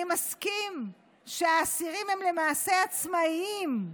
אני מסכים שהאסירים הם למעשה עצמאים.